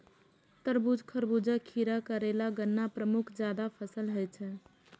तरबूज, खरबूजा, खीरा, करेला, गन्ना प्रमुख जायद फसल होइ छै